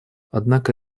однако